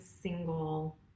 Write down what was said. single